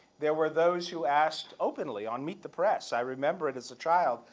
there were those who asked openly on meet the press i remember it as a child,